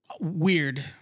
weird